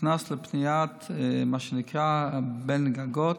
הוכנסה לפניית ה"בין גגות",